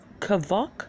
Kavok